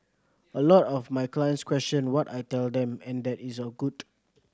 a lot of my clients question what I tell them and that is good